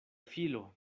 filo